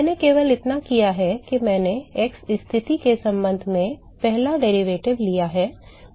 मैंने केवल इतना किया है कि मैंने x स्थिति के संबंध में पहला व्युत्पन्न लिया है